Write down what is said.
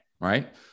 Right